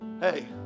hey